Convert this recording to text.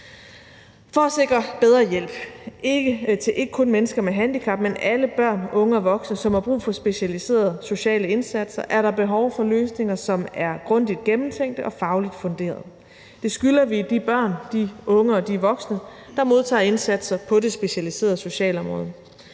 For at sikre bedre hjælp til ikke kun mennesker med handicap, men alle børn, unge og voksne, som har brug for specialiserede sociale indsatser, er der behov for løsninger, som er grundigt gennemtænkte og fagligt funderede. Det skylder vi de børn, de unge og de voksne, der modtager indsatser på det specialiserede socialområde.